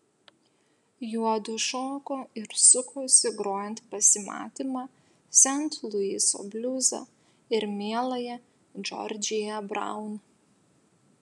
juodu šoko ir sukosi grojant pasimatymą sent luiso bliuzą ir mieląją džordžiją braun